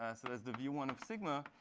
so that's the v one of sigma.